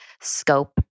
scope